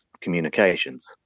communications